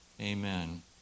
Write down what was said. Amen